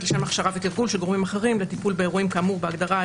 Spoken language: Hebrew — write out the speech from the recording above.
שהם הכשרה וטיפול של גורמים אחרים בטיפול באירועים כאמור בהגדרה,